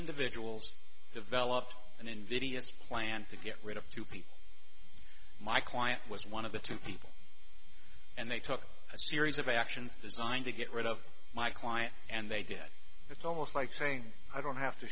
individuals developed an invidious plan to get rid of two people my client was one of the two people and they took a series of actions designed to get rid of my client and they did that's almost like saying i don't have to